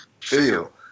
feel